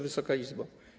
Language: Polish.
Wysoka Izbo!